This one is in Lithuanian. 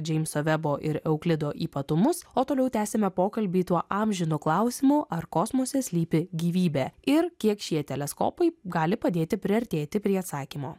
džeimso vebo ir euklido ypatumus o toliau tęsiame pokalbį tuo amžinu klausimu ar kosmose slypi gyvybė ir kiek šie teleskopai gali padėti priartėti prie atsakymo